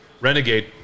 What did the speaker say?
Renegade